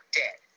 dead